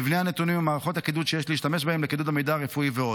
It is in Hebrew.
מבנה הנתונים ומערכות הקידוד שיש להשתמש בהן לקידוד המידע הרפואי ועוד.